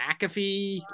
McAfee